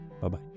Bye-bye